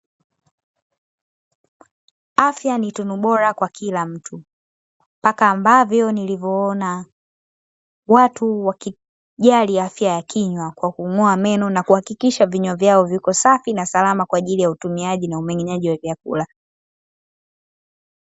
Afya ni tunu bora kwa kila mtu, mpaka ambavyo nilivyoona watu wakijali afya ya kinywa, kwa kung'oa meno na kuhakikisha vinywa vyao viko safi na salama kwa ajili utumiaji na umengenyaji wa vyakula.